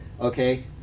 Okay